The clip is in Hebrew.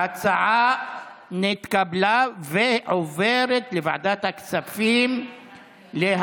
התשפ"ב 2021, לוועדת הכספים נתקבלה.